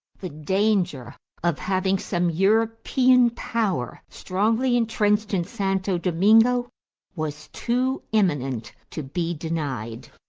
the danger of having some european power strongly intrenched in santo domingo was too imminent to be denied.